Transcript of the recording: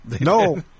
No